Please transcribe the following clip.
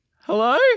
Hello